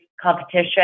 competition